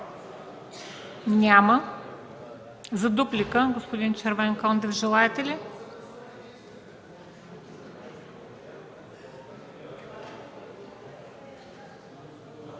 Няма. За дуплика – господин Червенкондев, желаете ли?